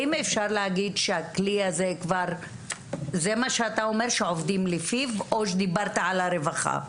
האם אתה אומר שכבר עובדים לפי הכלי הזה או שדיברת על הרווחה?